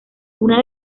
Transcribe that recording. una